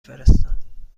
فرستم